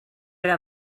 era